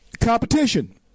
competition